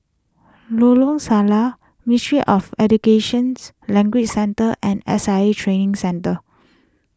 Lorong Salleh Ministry of Educations Language Centre and S I A Training Centre